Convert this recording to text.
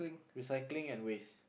recycling and waste